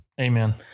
Amen